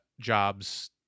jobs